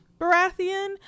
Baratheon